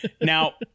now